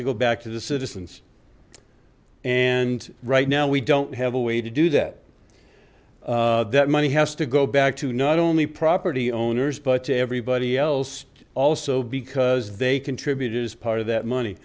to go back to the citizens and right now we don't have a way to do that that money has to go back to not only property owners but to everybody else also because they contribute is part of that money